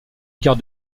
gare